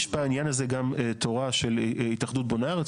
יש בעניין הזה גם תורה של התאחדות בוני הארץ.